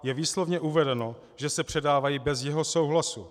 Je výslovně uvedeno, že se předávají bez jeho souhlasu.